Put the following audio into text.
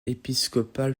épiscopal